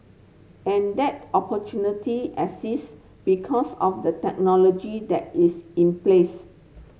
and that opportunity exists because of the technology that is in place